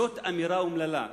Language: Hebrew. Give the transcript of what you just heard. זאת אמירה אומללה,